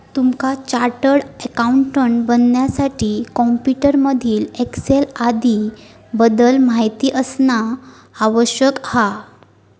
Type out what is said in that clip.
तुमका chartered accountant बनण्यासाठी computer मधील एक्सेल आदीं बद्दल माहिती असना आवश्यक हा